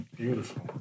Beautiful